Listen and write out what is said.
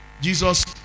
Jesus